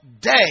day